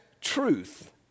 truth